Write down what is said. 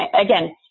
Again